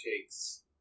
takes